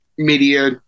media